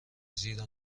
زیر